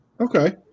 Okay